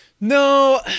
no